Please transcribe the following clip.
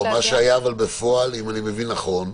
אבל אם אני מבין נכון,